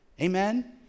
Amen